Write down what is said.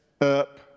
up